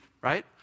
right